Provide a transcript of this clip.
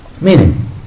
Meaning